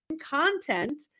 content